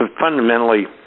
fundamentally